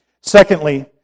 Secondly